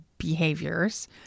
Behaviors